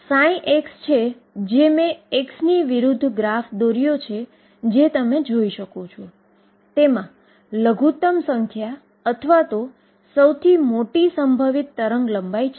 તેનો અર્થ એ કે x y અને z વત્તા V ψ બરાબર Eψ થાય છે